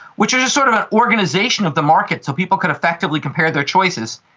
which was sort of an organisation of the market so people could effectively compare their choices,